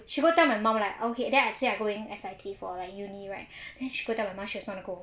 should go tell my mum right okay then I say going S_I_T for like uni right then she go tell my mum she also wants to go